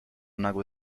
nagłe